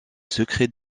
secret